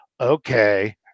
okay